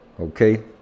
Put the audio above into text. Okay